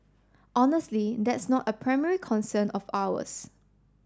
honestly that's not a primary concern of ours